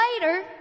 later